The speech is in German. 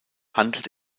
handelt